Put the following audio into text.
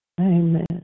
Amen